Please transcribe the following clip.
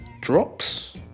Drops